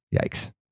Yikes